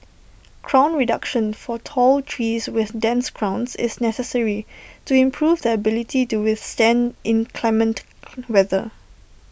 crown reduction for tall trees with dense crowns is necessary to improve their ability to withstand inclement weather